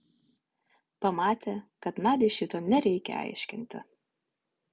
pamatė kad nadiai šito nereikia aiškinti